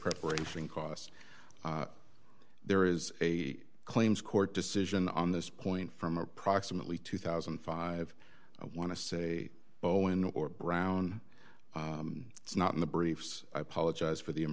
preparation costs there is a claims court decision on this point from approximately two thousand and five i want to say bowen or brown it's not in the briefs i apologize for the